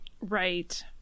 Right